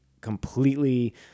completely